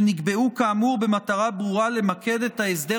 שנקבעו כאמור במטרה ברורה למקד את ההסדר